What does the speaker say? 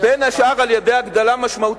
בין השאר על-ידי הגדלה משמעותית,